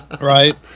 Right